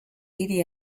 hiri